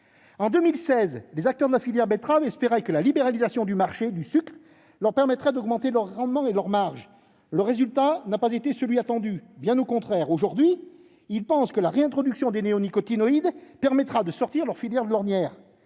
En 2016, les acteurs de la filière betterave espéraient que la libéralisation du marché du sucre leur permettrait d'augmenter leurs rendements et leurs marges : tel n'a pas été le résultat, bien au contraire. Aujourd'hui, ils pensent que la réintroduction des néonicotinoïdes permettra de sortir leur filière de l'ornière.